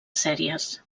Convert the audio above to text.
sèries